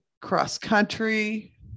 cross-country